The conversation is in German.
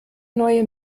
neue